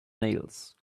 nails